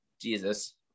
Jesus